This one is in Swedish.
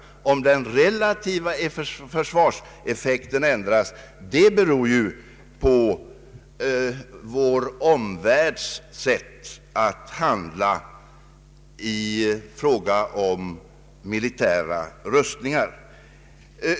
Om den relativa försvarseffek ten ändras beror ju på vår omvärlds sätt att handla i fråga om militära rustningar.